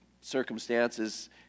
circumstances